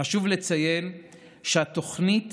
חשוב לציין שהתוכנית